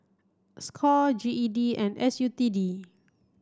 Score G E D and S U T D